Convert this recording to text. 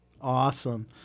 Awesome